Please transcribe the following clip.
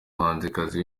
muhanzikazi